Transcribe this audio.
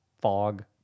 Fog